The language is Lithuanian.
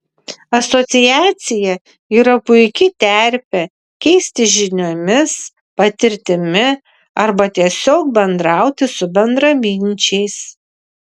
asociacija yra puiki terpė keistis žiniomis patirtimi arba tiesiog bendrauti su bendraminčiais